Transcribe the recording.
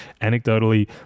anecdotally